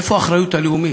איפה האחריות הלאומית?